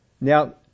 Now